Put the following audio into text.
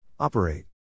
Operate